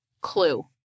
clue